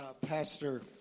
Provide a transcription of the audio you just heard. Pastor